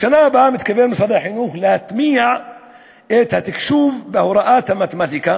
בשנה הבאה מתכוון משרד החינוך להטמיע את התקשוב בהוראת המתמטיקה.